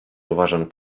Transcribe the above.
uważam